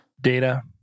data